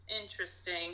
interesting